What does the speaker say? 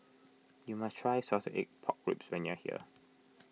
you must try Salted Egg Pork Ribs when you are here